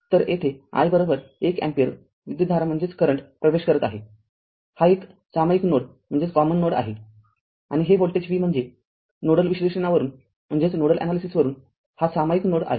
तर येथे i १ ampere विद्युतधारा प्रवेश करत आहे हा एक सामायिक नोड आहे आणि हे व्होल्टेज V म्हणजे नोडल विश्लेषणावरून हा सामायिक नोड आहे